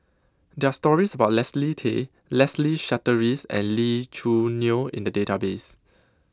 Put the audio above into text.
There Are stories about Leslie Tay Leslie Charteris and Lee Choo Neo in The Database